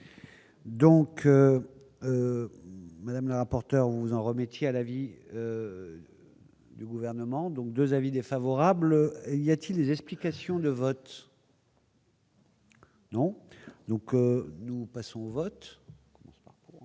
Donc madame la porte, vous en retient l'avis du gouvernement. Donc 2 avis défavorables, il y a-t-il des explications de vote. Non, donc nous passons au vote